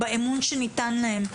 באמון שניתן להם,